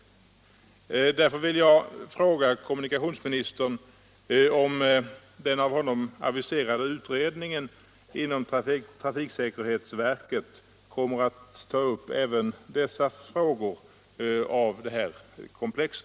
Mot denna bakgrund vill jag fråga kommunikationsministern om den av honom aviserade utredningen inom trafiksäkerhetsverket kommer att ta upp även dessa delar av frågekomplexet.